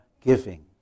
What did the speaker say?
giving